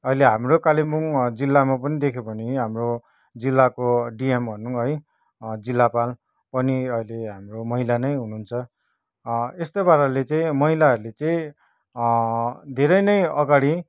अहिले हाम्रो कालिम्पोङ जिल्लामा पनि देख्यो भने हाम्रो जिल्लाको डिएम भनौँ है जिल्लापाल पनि अहिले हाम्रो महिला नै हुनुहुन्छ यस्तै पाराले चाहिँ महिलाहरूले चाहिँ धेरै नै अगाडि